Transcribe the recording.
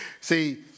See